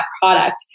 product